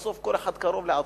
בסוף כל אחד קרוב לעצמו.